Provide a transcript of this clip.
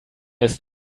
ist